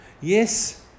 Yes